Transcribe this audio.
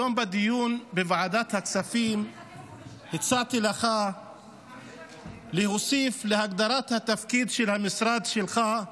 היום בדיון בוועדת הכספים הצעתי לך להוסיף להגדרת התפקיד של המשרד שלך,